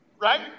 right